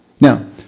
Now